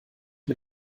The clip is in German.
mit